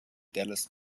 dallas